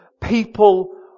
people